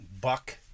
Buck